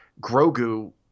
Grogu